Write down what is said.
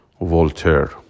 Voltaire